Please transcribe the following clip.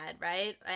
right